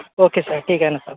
okay sir ठीक आहे ना सर